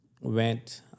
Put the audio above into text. went